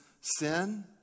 sin